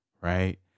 right